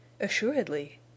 Assuredly